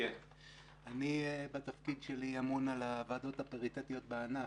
אני בתפקיד שלי אמון על הוועדות הפריטטיות בענף,